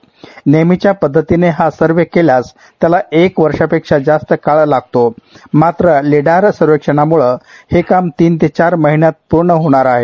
यानेहमीच्या पद्धतीने हा सर्वे केल्यास त्याला एक वर्षापेक्षा जास्त काळ लागतो मात्र लीडर सर्वेक्षणाम्ळे हे काम तीन ते चार महिन्यात पूर्ण होणार आहे